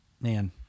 man